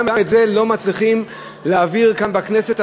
גם את זה לא מצליחים להעביר כאן בכנסת.